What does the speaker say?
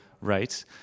right